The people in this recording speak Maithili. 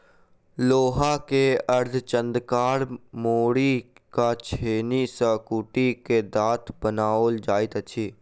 लोहा के अर्धचन्द्राकार मोड़ि क छेनी सॅ कुटि क दाँत बनाओल जाइत छै